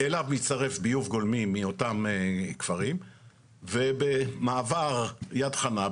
אלא בהצטרף ביוב גולמי מאותם כפרים ובמעבר יד חנה,